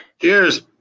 Cheers